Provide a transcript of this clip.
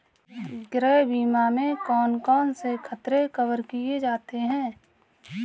गृह बीमा में कौन कौन से खतरे कवर किए जाते हैं?